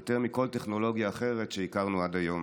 יותר מכל טכנולוגיה אחרת שהכרנו עד היום.